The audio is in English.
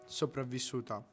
sopravvissuta